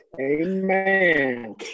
amen